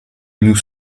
nous